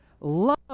Love